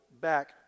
back